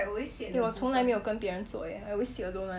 eh 我从来都没有跟别人坐 eh I always sit alone